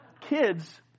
Kids